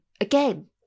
again